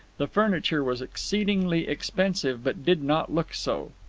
the furniture was exceedingly expensive, but did not look so.